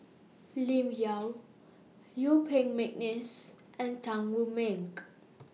Lim Yau Yuen Peng Mcneice and Tan Wu Meng